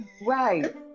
Right